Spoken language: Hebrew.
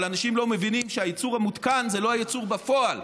אבל אנשים לא מבינים שהייצור המותקן זה לא הייצור בפועל.